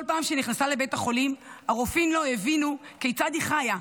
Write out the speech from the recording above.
כל פעם שהיא נכנסה לבית החולים הרופאים לא הבינו כיצד היא חיה,